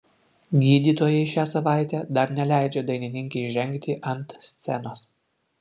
gydytojai šią savaitę dar neleidžia dainininkei žengti ant scenos